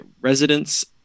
residents